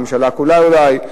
הממשלה כולה אולי,